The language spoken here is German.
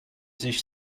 sich